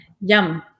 Yum